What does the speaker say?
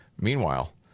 Meanwhile